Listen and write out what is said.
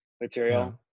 material